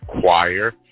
choir